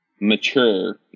mature